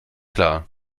klar